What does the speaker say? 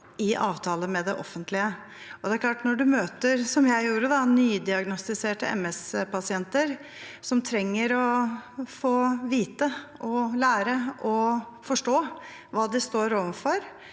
i avtale med det offentlige. Når man som jeg gjorde, møter nydiagnostiserte MS-pasienter, som trenger å få vite, lære og forstå hva de står overfor,